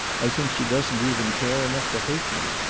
i think she doesn't even care enough to hate me.